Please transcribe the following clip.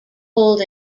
pulled